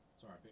Sorry